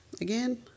again